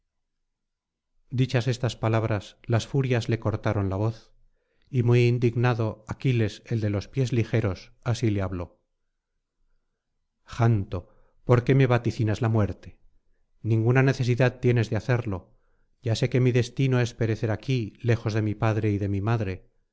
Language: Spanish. dichas estas palabras las furias le cortaron la voz y muy indignado aquiles el de los pies ligeros así le habló janto por qué me vaticinas la muerte ninguna necesidad tienes de hacerlo ya sé que mi destino es perecer aquí lejos de mi padre y de mi madre